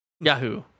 Yahoo